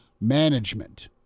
management